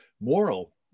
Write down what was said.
moral